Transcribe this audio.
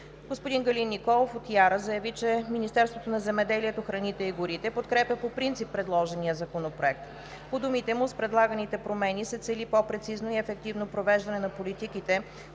Господин Галин Николов от ИАРА заяви, че Министерството на земеделието, храните и горите подкрепя по принцип предложения законопроект. По думите му с предлаганите промени се цели по-прецизно и ефективно провеждане на политиките